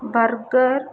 burger